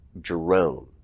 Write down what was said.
Jerome